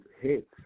hate